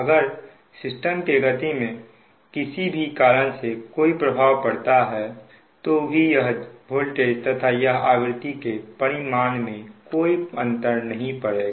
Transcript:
अगर सिस्टम के गति में किसी भी कारण से कोई प्रभाव पड़ता है तो भी यह वोल्टेज तथा यह आवृत्ति के परिमाण में कोई अंतर नहीं पड़ेगा